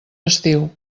estiu